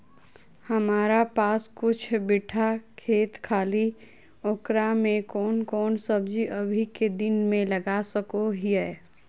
हमारा पास कुछ बिठा खेत खाली है ओकरा में कौन कौन सब्जी अभी के दिन में लगा सको हियय?